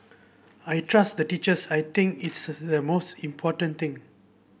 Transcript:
I trust the teachers I think it's the most important thing